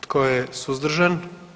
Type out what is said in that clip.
Tko je suzdržan?